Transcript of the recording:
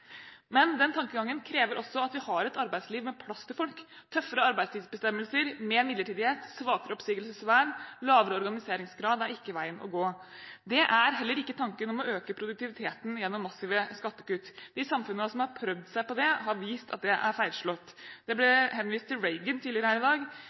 Men denne tankegangen krever også at vi har et arbeidsliv med plass til folk. Tøffere arbeidstidsbestemmelser, mer midlertidighet, svakere oppsigelsesvern og lavere organiseringsgrad er ikke veien å gå. Det er heller ikke tanken om å øke produktiviteten gjennom massive skattekutt. De samfunnene som har prøvd seg på det, har vist at det er feilslått. Det ble henvist til Reagan tidligere her i dag.